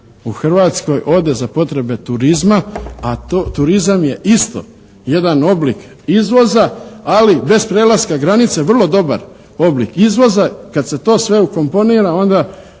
u Hrvatskoj ode za potrebe turizma. A turizam je isto jedan oblik izvoza, ali bez prelaska granice vrlo dobar oblik izvoza. Kad se to sve ukomponira onda